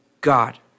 God